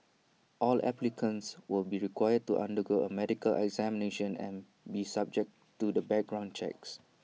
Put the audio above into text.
all applicants will be required to undergo A medical examination and be subject to the background checks